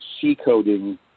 C-coding